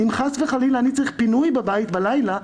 אם חס וחלילה אני צריך פינוי בבית בלילה,